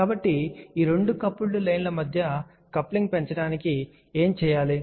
కాబట్టి ఈ రెండు కపుల్డ్ లైన్ల మధ్య కప్లింగ్ పెంచడానికి ఏమి చేయవచ్చు